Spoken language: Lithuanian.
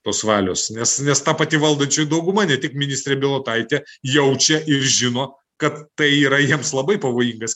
tos valios nes nes ta pati valdančioji dauguma ne tik ministrė bilotaitė jaučia ir žino kad tai yra jiems labai pavojingas